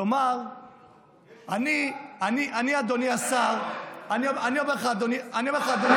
כלומר, אני, אדוני השר, אני אומר לך, אדוני השר.